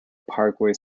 parkway